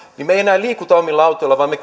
on me emme enää liiku omilla autoilla vaan me